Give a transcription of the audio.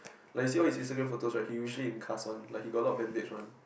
like you see all his Instagram photos right he usually in cast one like he got a lot of bandage one